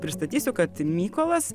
pristatysiu kad mykolas